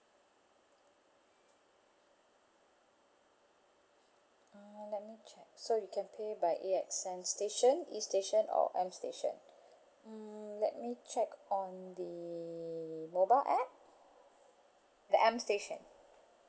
(uh huh) let me check so you can pay by A_X M station E station or M station mm let me check on the mobile app the M station